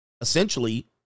essentially